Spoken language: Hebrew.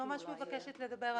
אני ממש מבקשת לדבר,